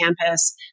campus